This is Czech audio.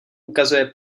ukazuje